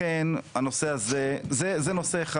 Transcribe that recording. זה נושא אחד.